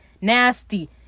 Nasty